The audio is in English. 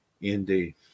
indeed